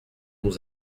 nous